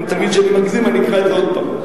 אם תגיד שאני מגזים, אני אקרא את זה שוב.